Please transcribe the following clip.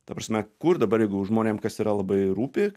ta prasme kur dabar žmonėm kas yra labai rūpi